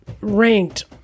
ranked